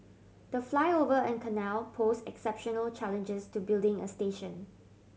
the flyover and canal pose exceptional challenges to building a station